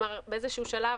באיזשהו שלב,